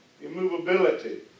immovability